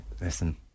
listen